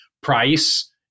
price